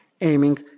aiming